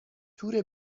تور